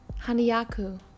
Hanayaku